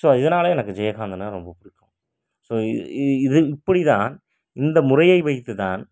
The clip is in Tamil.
ஸோ இதனால் எனக்கு ஜெயகாந்தனை எனக்கு ரொம்ப பிடிக்கும் ஸோ இ இ இது இப்படி தான் இந்த முறையை வைத்து தான்